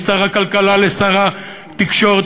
משר הכלכלה לשר התקשורת,